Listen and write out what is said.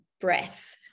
breath